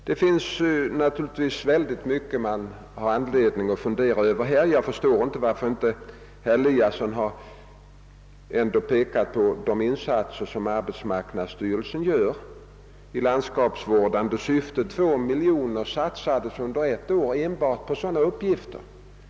Det finns naturligtvis mycket man kan fundera över på detta område. Jag förstår inte varför herr Eliasson inte framhållit de insatser som arbetsmarknadsstyrelsen gör i landskapsvårdande syfte; 2 miljoner kronor satsades under ett år på enbart landskapsvårdande uppgifter.